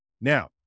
Now